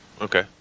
Okay